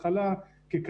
אני